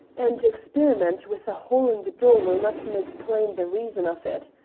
and experiment with a hole in the door will not make plain the reason of it,